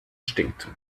stinkt